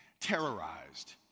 terrorized